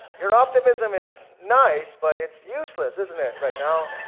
your optimism is nice but it's useless, isn't it right now.